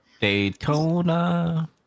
Daytona